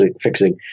fixing